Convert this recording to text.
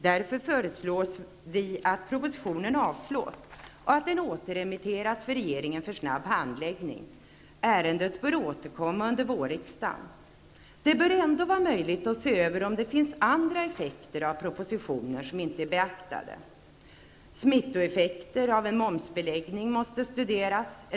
Därför föreslår vi att propositionen återremitteras till regeringen för snabb handläggning. Ärendet bör återkomma under vårriksdagen. Det bör ändå vara möjligt att se över om det finns andra effekter av propositionen som inte är beaktade. Smittoefffekter av en momsbeläggning måste studeras.